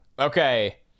Okay